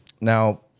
Now